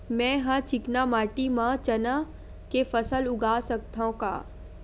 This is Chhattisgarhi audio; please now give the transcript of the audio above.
मै ह चिकना माटी म चना के फसल उगा सकथव का?